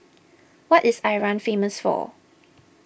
what is Iran famous for